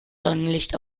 sonnenlicht